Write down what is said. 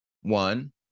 One